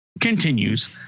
continues